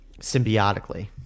symbiotically